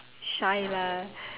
shy lah